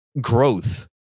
growth